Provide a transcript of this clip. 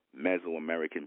Mesoamerican